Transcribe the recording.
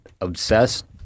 obsessed